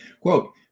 Quote